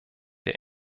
der